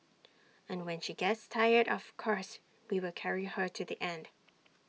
and when she gets tired of course we will carry her to the end